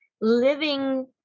living